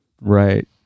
Right